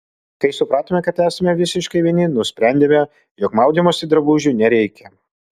kai supratome kad esame visiškai vieni nusprendėme jog maudymosi drabužių nereikia